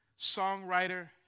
songwriter